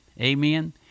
Amen